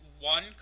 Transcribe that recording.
one